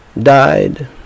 died